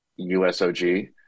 USOG